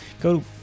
Go